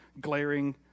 glaring